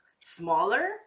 smaller